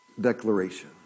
declaration